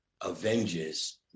Avengers